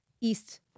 east